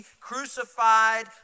crucified